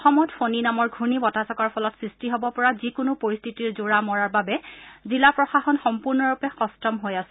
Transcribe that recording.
অসমত ফণী নামৰ ঘূৰ্ণি বতাহজাকৰ ফলত সৃষ্টি হবপৰা যিকোনো পৰিস্থিতিৰ জোৰা মৰাৰ বাবে জিলা প্ৰশাসন সম্পূৰ্ণৰূপে সট্ম হৈ আছে